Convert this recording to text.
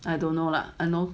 I don't know lah I know